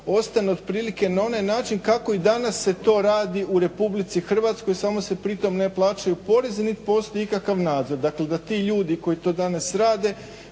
ostane otprilike na onaj način kako i danas se to radi u Republici Hrvatskoj samo se pri tom ne plaćaju porezi niti postoji ikakav nadzor, dakle da ti ljudi koji to danas rade